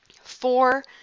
four